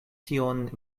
tion